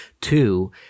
Two